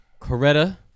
Coretta